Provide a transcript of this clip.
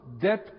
death